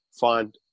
find